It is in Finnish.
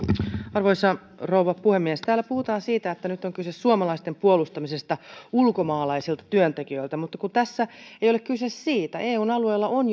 arvoisa rouva puhemies täällä puhutaan siitä että nyt on kyse suomalaisten puolustamisesta ulkomaalaisilta työntekijöiltä mutta kun tässä ei ole kyse siitä eun alueella on